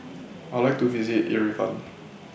I Would like to visit Yerevan